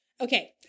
Okay